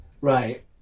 Right